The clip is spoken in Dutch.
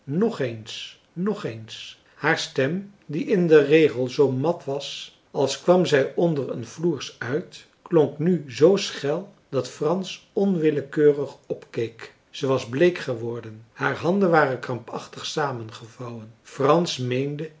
nog eens nog eens haar stem die in den regel zoo mat was als kwam zij onder een floers uit klonk nu zoo schel dat frans onwillekeurig opkeek zij was bleek geworden haar handen waren krampachtig samengevouwen frans meende